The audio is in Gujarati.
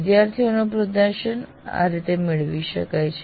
વિદ્યાર્થીઓનું પ્રદર્શન આ રીતે મેળવી શકાય છે